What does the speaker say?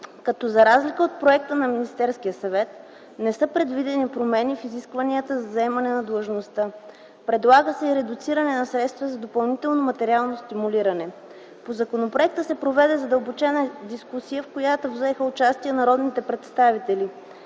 като за разлика от проекта на Министерския съвет не са предвидени промени в изискванията за заемане на длъжността; предлага се и редуциране на средствата за допълнително материално стимулиране. По законопроекта се проведе задълбочена дискусия, в която взеха участие народните представители: